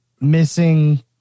missing